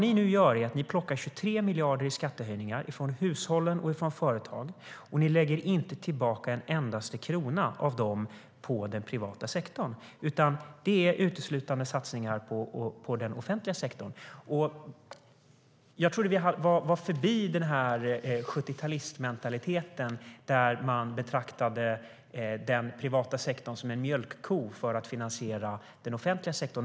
Ni plockar 23 miljarder i skattehöjningar från hushållen och företag, och ni lägger inte tillbaka en endaste krona av dem på den privata sektorn. Det är uteslutande fråga om satsningar på den offentliga sektorn. Jag trodde att ni var förbi 70-talistmentaliteten där man betraktade den privata sektorn som en mjölkko för att finansiera den offentliga sektorn.